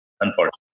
unfortunately